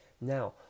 Now